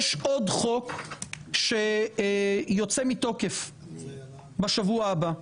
יש עוד חוק שיוצא מתוקף בשבוע הבא.